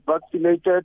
vaccinated